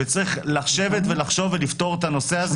צריך לשבת ולחשוב ולפתור את הנושא הזה,